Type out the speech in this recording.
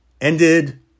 ended